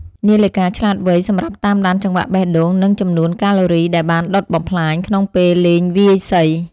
នាឡិកាឆ្លាតវៃ សម្រាប់តាមដានចង្វាក់បេះដូង និងចំនួនកាឡូរីដែលបានដុតបំផ្លាញក្នុងពេលលេងវាយសី។